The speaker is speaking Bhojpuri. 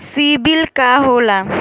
सीबील का होखेला?